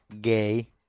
Gay